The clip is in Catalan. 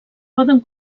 poden